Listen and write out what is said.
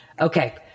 Okay